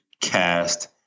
cast